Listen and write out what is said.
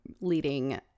leading